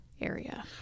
area